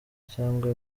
cyangwa